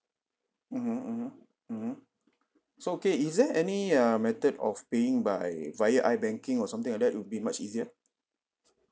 mmhmm mmhmm mmhmm so okay is there any uh method of paying by via ibanking or something like that would be much easier